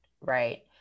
right